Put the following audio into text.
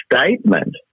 statement